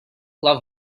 love